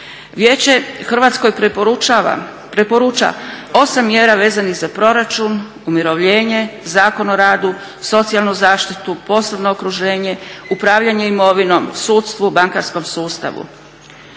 Vijeće Hrvatskoj preporuča 8 mjera vezanih za proračun, umirovljenje, Zakon o radu, socijalnu zaštitu, poslovno okruženje, upravljanje imovinom, sudstvu, bankarskom sustavu